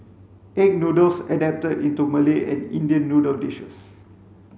egg noodles adapted into Malay and Indian noodle dishes